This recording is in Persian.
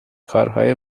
کارهای